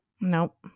Nope